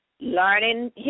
Learning